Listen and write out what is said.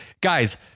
guys